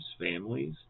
families